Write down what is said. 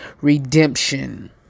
redemption